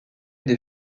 des